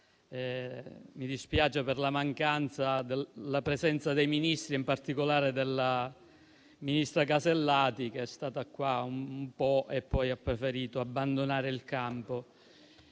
mi dispiace per la mancata presenza dei Ministri, in particolare della ministra Alberti Casellati, che è stata qua un po' e poi ha preferito abbandonare il campo,